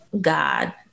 God